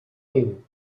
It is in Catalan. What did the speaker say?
niu